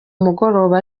mugoroba